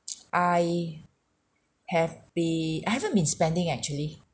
I have be I haven't been spending actually